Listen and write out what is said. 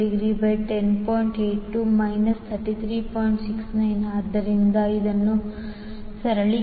6911